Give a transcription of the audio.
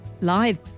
live